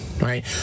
right